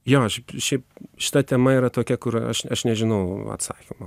jo aš šiaip šita tema yra tokia kur aš aš nežinau atsakymo